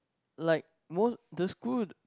like the school